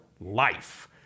life